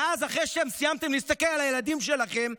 ואז, אחרי שסיימתם להסתכל על הילדים שלכם,